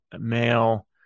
male